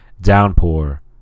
Downpour